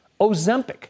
Ozempic